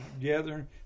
together